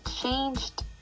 changed